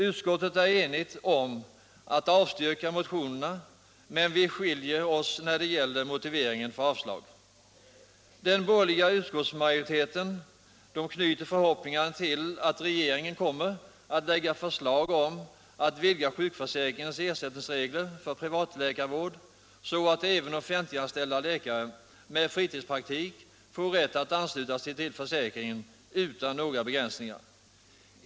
Utskottet är enigt om att avstyrka motionerna, men vi skiljer oss när det gäller motiveringen för avslag. Etableringsregler Den borgerliga utskottsmajoriteten knyter förhoppningarna till att regeringen kommer att lägga fram förslag om att vidga sjukförsäkringens ersättningsregler för privatläkarvård så att även offentliganställda läkare med fritidspraktik får rätt att ansluta sig till försäkringen utan några begränsningar.